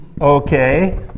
Okay